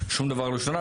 שום דבר לא השתנה,